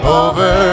over